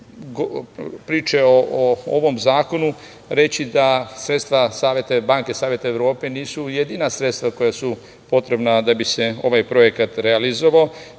priče o ovom zakonu reći da sredstva banke Saveta Evrope nisu jedina sredstva koja su potrebna da bi se ovaj projekat realizovao.